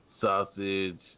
sausage